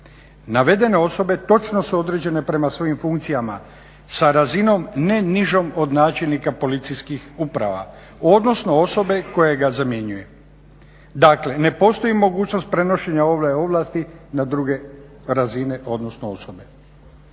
Navedene osobe točno su određene prema svojim funkcijama sa razinom ne nižom od načelnika policijskih uprava odnosno osobe koje ga zamjenjuje. Dakle ne postoji mogućnost prenošenja ove ovlasti na druge razine odnosno osobe.